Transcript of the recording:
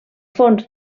fons